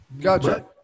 Gotcha